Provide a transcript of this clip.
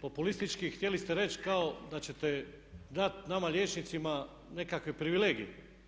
populistički, htjeli ste reći kao da ćete dati nama liječnicima nekakve privilegije.